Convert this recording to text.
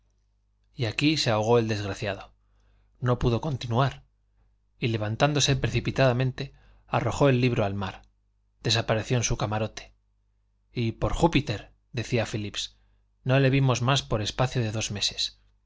y aquí se ahogó el desgraciado no pudo continuar y levantándose precipitadamente arrojó el libro al mar desapareció en su camarote y por júpiter decía phillips no le vimos más por espacio de dos meses